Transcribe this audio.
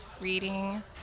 reading